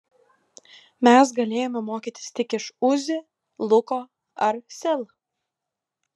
mes galėjome mokytis tik iš uzi luko ar sel